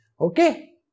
Okay